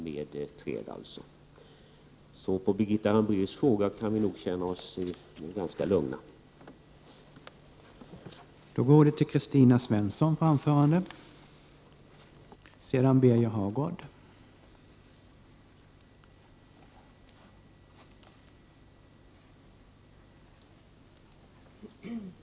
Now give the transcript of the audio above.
Så vi kan nog känna oss ganska lugna när det gäller det som Birgitta Hambraeus frågade om.